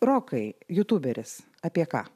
rokai jutūberis apie ką